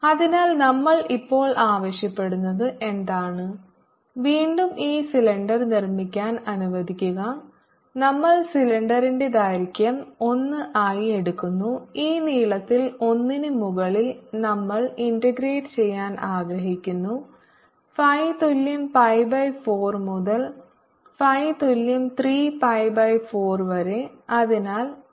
അതിനാൽ നമ്മൾ ഇപ്പോൾ ആവശ്യപ്പെടുന്നത് എന്താണ് വീണ്ടും ഈ സിലിണ്ടർ നിർമ്മിക്കാൻ അനുവദിക്കുക നമ്മൾ സിലിണ്ടറിന്റെ ദൈർഘ്യം 1 ആയി എടുക്കുന്നു ഈ നീളത്തിൽ 1 ന് മുകളിൽനമ്മൾ ഇന്റഗ്രേറ്റ് ചെയ്യാൻ ആഗ്രഹിക്കുന്നു phi തുല്യം pi ബൈ 4 മുതൽ phi തുല്യം 3 pi ബൈ 4 വരെ